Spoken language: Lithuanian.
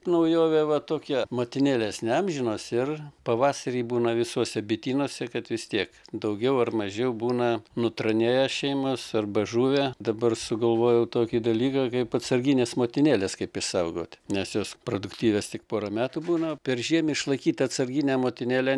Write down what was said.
naujovė va tokia motinėlės neamžinos ir pavasarį būna visuose bitynuose kad vis tiek daugiau ar mažiau būna nutranėję šeimos arba žuvę dabar sugalvojau tokį dalyką kaip atsarginės motinėlės kaip išsaugot nes jos produktyvios tik pora metų būna peržiem išlaikyt atsarginę motinėlę